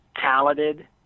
talented